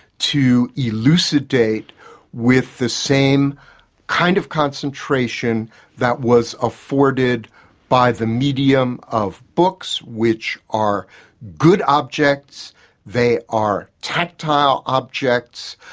to elucidate with the same kind of concentration that was afforded by the medium of books which are good objects they are tactile objects.